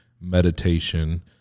meditation